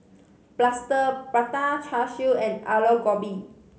Plaster Prata Char Siu and Aloo Gobi